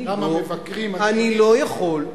אני לא יכול,